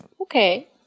Okay